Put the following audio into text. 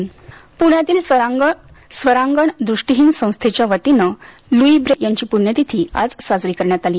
स्वरांगण पुण्यातील स्वरांगण दृष्टिहीन संस्थेच्या वतीनं लुई ब्रेल यांची पुण्यतिथी आज साजरी करण्यात आली